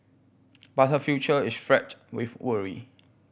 but her future is fraught with worry